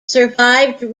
survived